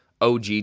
OG